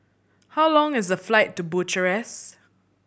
how long is the flight to Bucharest